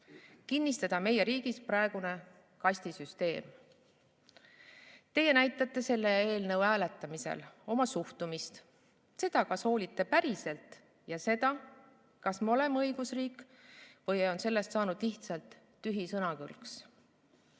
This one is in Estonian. kinnistada meie riigis praegune kastisüsteem. Teie näitate selle eelnõu hääletamisel oma suhtumist, seda, kas hoolite päriselt, ja seda, kas me oleme õigusriik või on sellest saanud lihtsalt tühi sõnakõlks.